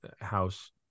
house